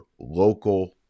local